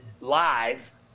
live